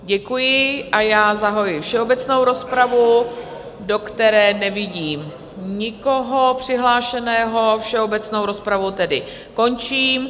Děkuji a já zahajuji všeobecnou rozpravu, do které nevidím nikoho přihlášeného, všeobecnou rozpravu tedy končím.